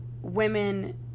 women